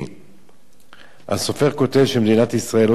הסופר כותב שמדינת ישראל לא צריכה להיכנע לדרישות